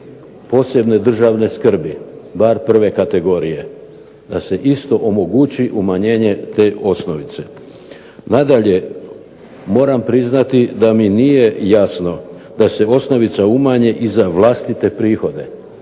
posebne državne skrbi bar prve kategorije da se isto omogući umanjenje te osnovice. Nadalje, moram priznati da mi nije jasno da se osnovica umanje i za vlastite prihode.